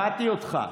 שמעתי אותך.